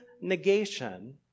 negation